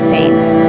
Saints